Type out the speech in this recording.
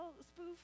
spoof